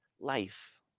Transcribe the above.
life